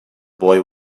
boy